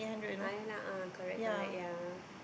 ah yeah lah ah correct correct ya